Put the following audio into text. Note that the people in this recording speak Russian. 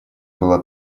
было